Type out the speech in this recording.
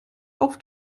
auf